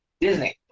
disney